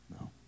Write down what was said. No